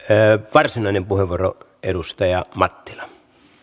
varsinainen puheenvuoro edustaja mattila